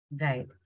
Right